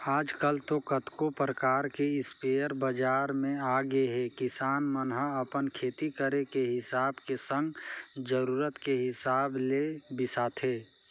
आजकल तो कतको परकार के इस्पेयर बजार म आगेहे किसान मन ह अपन खेती करे के हिसाब के संग जरुरत के हिसाब ले बिसाथे